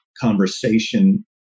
conversation